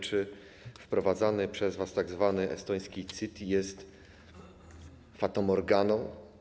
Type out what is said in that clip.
Czy wprowadzany przez was tzw. estoński CIT jest fatamorganą?